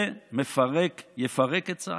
זה יפרק את צה"ל.